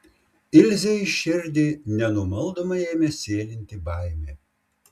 ilzei į širdį nenumaldomai ėmė sėlinti baimė